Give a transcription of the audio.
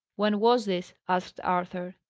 when was this? asked arthur.